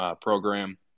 program